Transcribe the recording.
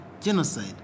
genocide